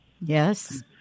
Yes